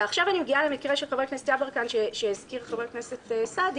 ועכשיו אני מגיעה למקרה של חבר הכנסת יברקן שהזכיר חבר הכנסת סעדי.